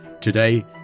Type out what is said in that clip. today